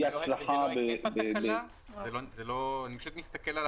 זה לא היקף התקלה?